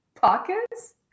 pockets